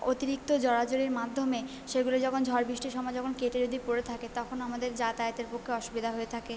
অতিরিক্ত জড়াজড়ির মাধ্যমে সেগুলো যখন ঝড় বৃষ্টির সময় যখন কেটে যদি পড়ে থাকে তখন আমাদের যাতায়াতের পক্ষে অসুবিদা হয়ে থাকে